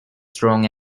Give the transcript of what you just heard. strong